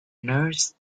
nurse